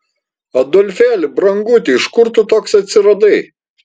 adolfėli branguti iš kur tu toks atsiradai